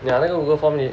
yeah 那个 Google form it